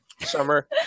Summer